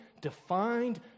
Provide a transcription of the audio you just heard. defined